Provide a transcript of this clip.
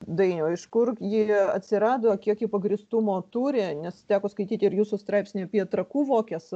dainiau iš kur ji atsirado kiek ji pagrįstumo turi nes teko skaityti ir jūsų straipsnį apie trakų vokės